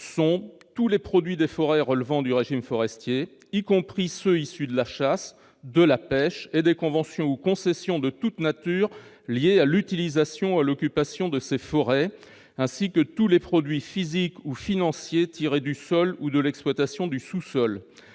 sont tous les produits des forêts relevant du régime forestier, y compris ceux issus de la chasse, de la pêche et des conventions ou concessions de toute nature liées à l'utilisation ou à l'occupation de ces forêts, ainsi que tous les produits physiques ou financiers tirés du sol ou de l'exploitation du sous-sol.